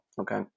okay